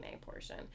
portion